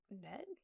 Ned